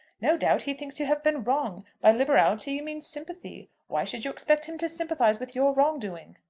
no doubt he thinks you have been wrong. by liberality you mean sympathy. why should you expect him to sympathise with your wrong-doing?